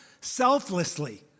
selflessly